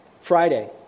Friday